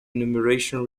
enumeration